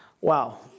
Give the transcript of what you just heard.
Wow